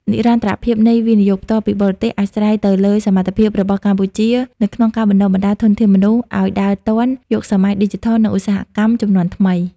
និរន្តរភាពនៃ វិនិយោគផ្ទាល់ពីបរទេស អាស្រ័យទៅលើសមត្ថភាពរបស់កម្ពុជានៅក្នុងការបណ្ដុះបណ្ដាលធនធានមនុស្សឱ្យដើរទាន់ "យុគសម័យឌីជីថល" និងឧស្សាហកម្មជំនាន់ថ្មី។